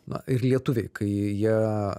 na ir lietuviai kai jie